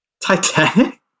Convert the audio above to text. Titanic